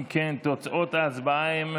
אם כן, תוצאות ההצבעה הן